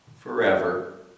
forever